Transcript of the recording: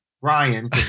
Ryan